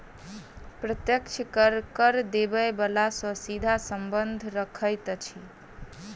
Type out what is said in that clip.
प्रत्यक्ष कर, कर देबय बला सॅ सीधा संबंध रखैत अछि